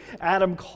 Adam